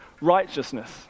Righteousness